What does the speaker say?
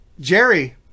Jerry